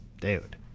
dude